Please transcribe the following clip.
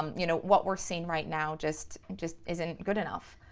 you know, what we're seeing right now just just isn't good enough.